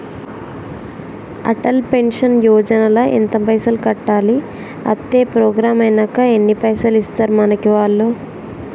Atal pension Yojana ల ఎంత పైసల్ కట్టాలి? అత్తే ప్రోగ్రాం ఐనాక ఎన్ని పైసల్ ఇస్తరు మనకి వాళ్లు?